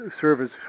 service